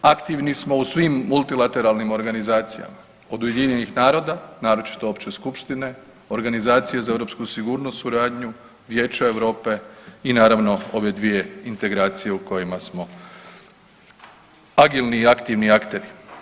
Aktivni smo u svim multilateralnim organizacijama, od UN-a naročito Opće skupštine, Organizacije za europsku sigurnost, suradnju, Vijeća Europe i naravno ove dvije integracije u kojima smo agilni i aktivni akteri.